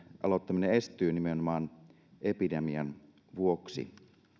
aloittaminen estyy nimenomaan epidemian vuoksi